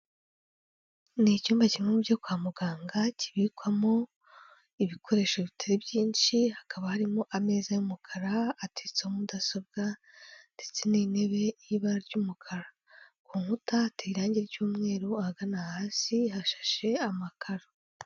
Ni icyumba kimwe mu byo kwa muganga kibikwamo ibikoresho bitari byinshi, hakaba harimo ameza y'umukara ateretseho mudasobwa ndetse n'intebe y'ibara ry'umukara, ku nkuta hateye irangi ry'umweru, ahagana hasi yashashe amakaro.